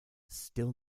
still